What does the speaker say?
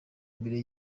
imbere